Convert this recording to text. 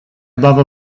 above